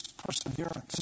perseverance